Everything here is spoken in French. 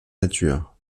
nature